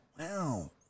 Wow